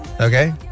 Okay